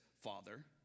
father